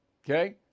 Okay